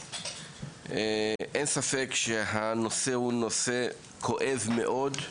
אין ספק שהנושא הוא נושא כואב מאוד,